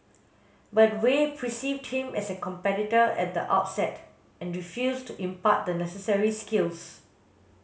but Wei perceived him as a competitor at the outset and refused to impart the necessary skills